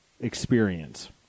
experience